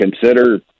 consider